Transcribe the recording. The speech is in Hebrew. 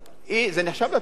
זה נחשב תאונת עבודה,